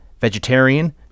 vegetarian